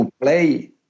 play